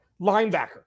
linebacker